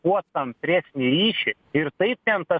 kuo stampresnį ryšį ir tai ten tas